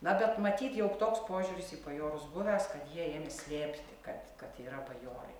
na bet matyt jau toks požiūris į bajorus buvęs kad jie ėmė slėpti kad kad yra bajorai